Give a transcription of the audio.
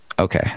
okay